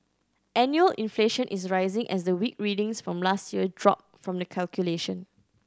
annual inflation is rising as the weak readings from last year drop from the calculation